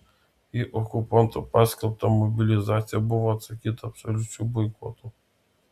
į okupanto paskelbtą mobilizaciją buvo atsakyta absoliučiu boikotu